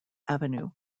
avenue